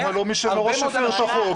אנשים --- למה לא מי שמראש מפר את החוק?